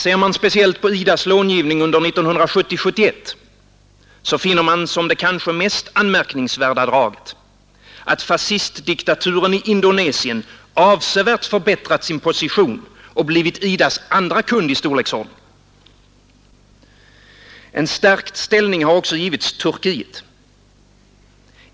Ser man speciellt på IDA:s långivning under 1970-1971 finner man som det kanske mest anmärkningsvärda draget att fascistdiktaturen i Indonesien avsevärt förbättrat sin position och blivit IDA:s andra kund i storleksordning. En stärkt ställning har också givits Turkiet.